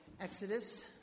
Exodus